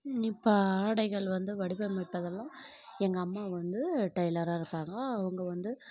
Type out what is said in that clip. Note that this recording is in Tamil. இப்போ ஆடைகள் வந்து வடிவமைப்பதெல்லாம் எங்கள் அம்மா வந்து டைலராக இருக்காங்க அவங்க வந்து